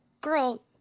girl